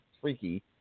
freaky